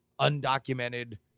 undocumented